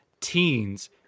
teens